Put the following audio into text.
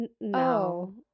No